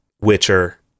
Witcher